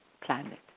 planet